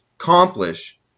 accomplish